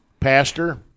Pastor